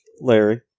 Larry